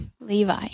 Levi